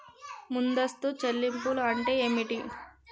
ముందస్తు చెల్లింపులు అంటే ఏమిటి?